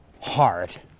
hard